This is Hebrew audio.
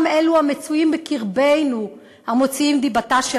גם אלו המצויים בקרבנו המוציאים דיבתה של